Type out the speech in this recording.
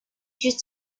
just